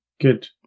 Good